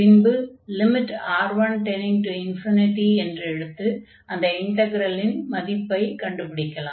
பின்பு lim⁡R1→∞ என்று எடுத்து அந்த இன்டக்ரலின் மதிப்பைக் கண்டுபிடிக்கலாம்